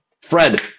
Fred